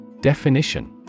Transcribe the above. Definition